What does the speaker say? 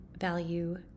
value